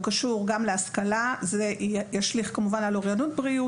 מה שמשליך על אוריינות בריאות,